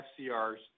FCR's